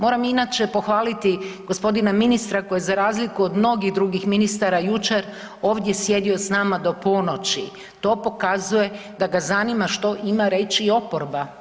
Moram inače pohvaliti gospodin ministra koji je za razliku od mnogih drugih ministara jučer ovdje sjedio s nama do ponoći, to pokazuje da ga zanima što ima reći i oporba.